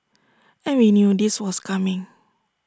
and we knew this was coming